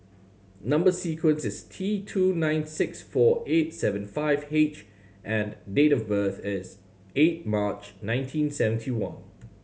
number sequence is T two nine six four eight seven five H and date of birth is eight March nineteen seventy one